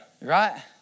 Right